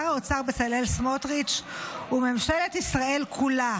שר האוצר בצלאל סמוטריץ' וממשלת ישראל כולה